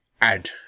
add